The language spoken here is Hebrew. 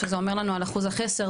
שזה אומר לנו על אחוז החסר,